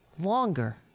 longer